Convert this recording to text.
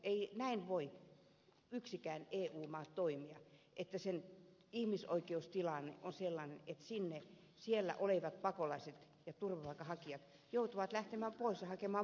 ei näin voi yksikään eu maa toimia että sen ihmisoikeustilanne on sellainen että siellä olevat pakolaiset ja turvapaikanhakijat joutuvat lähtemään pois ja hakemaan turvapaikkaa muualta